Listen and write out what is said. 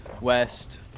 west